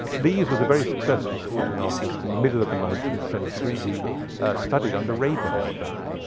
lees was a very successful sporting artist in the middle of the nineteenth century. he studied under raeburn, in fact.